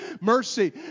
Mercy